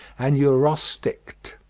and urosticte.